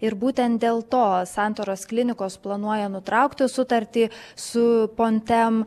ir būtent dėl to santaros klinikos planuoja nutraukti sutartį su pontem